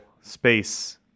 space